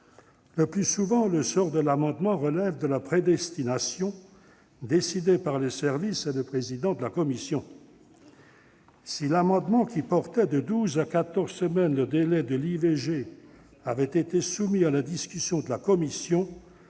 Le plus souvent, le sort de l'amendement relève de la prédestination, décidée par les services et le président de la commission. Si l'amendement qui portait de douze à quatorze semaines le délai de l'IVG avait été soumis à la discussion de la commission,